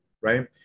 right